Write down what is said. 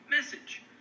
message